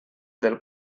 del